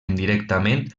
indirectament